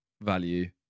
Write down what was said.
value